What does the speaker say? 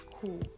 cool